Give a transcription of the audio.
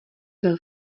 byl